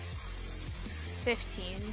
fifteen